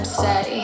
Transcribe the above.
say